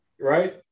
Right